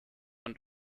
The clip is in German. und